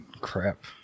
Crap